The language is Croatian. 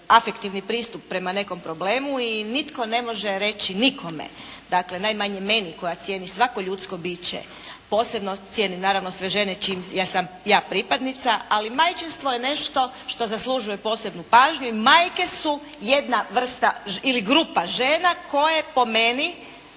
afektivni pristup prema nekom problemu i nitko ne može reći nikome, dakle najmanje meni koja cijeni svako ljudsko biće, posebno cijenim naravno sve žene čija sam ja pripadnica, ali majčinstvo je nešto što zaslužuje posebnu pažnju i majke su jedna vrsta ili grupa žena koje po meni